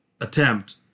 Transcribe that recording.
attempt